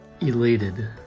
elated